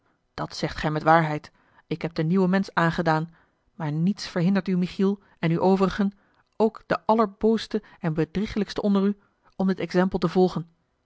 dat zegt gij met waarheid ik heb den nieuwen mensch aangedaan maar niets verhindert u michiel en u overigen ook den allerbooste en bedriegelijkste onder u om dit exempel te volgen